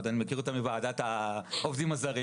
אני מכיר אותה עוד מוועדת העובדים הזרים,